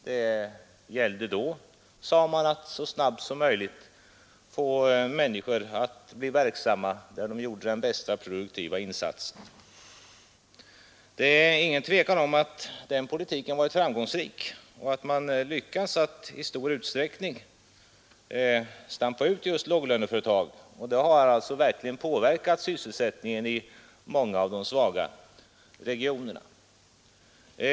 Det gällde då, sade man, att så snabbt som möjligt få människor att bli verksamma där de gjorde den bästa produktiva insatsen. Det är ingen tvekan om att den politiken varit framgångsrik och att man lyckats att i stor utsträckning stampa ut just låglöneföretag. Det har i sin tur påverkat sysselsättningen i många av de svaga regionerna.